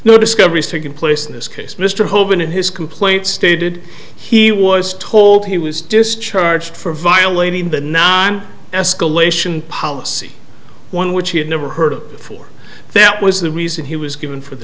no discoveries taking place in this case mr hogan in his complaint stated he was told he was discharged for violating the non escalation policy one which he had never heard of before that was the reason he was given for the